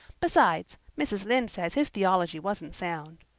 besides, mrs. lynde says his theology wasn't sound.